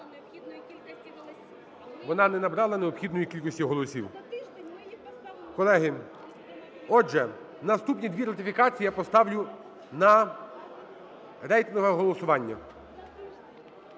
Вона не набрала необхідної кількості голосів. Колеги, отже, наступні дві ратифікації я поставлю на рейтингове голосування.